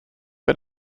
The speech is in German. bei